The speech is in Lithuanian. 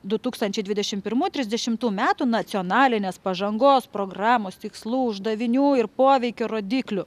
du tūkstančiai dvidešimt pirmų trisdešimtų metų nacionalinės pažangos programos tikslų uždavinių ir poveikio rodiklių